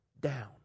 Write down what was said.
down